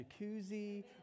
jacuzzi